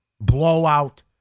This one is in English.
Blowout